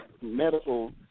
medical